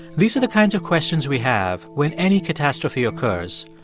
these are the kinds of questions we have when any catastrophe occurs,